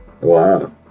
Wow